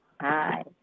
hi